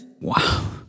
Wow